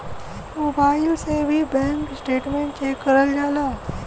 mobile से भी bank statement check करल जाला